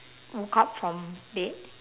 woke up from bed